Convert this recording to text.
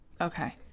Okay